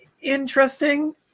interesting